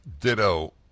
Ditto